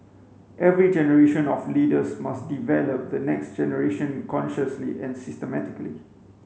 every generation of leaders must develop the next generation consciously and systematically